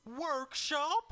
Workshop